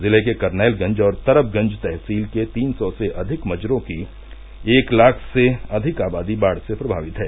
जिले के करनैलगंज और तरबगंज तहसील के तीन सौ से अधिक मजरों की एक लाख से अधिक आबादी बाढ़ से प्रमावित है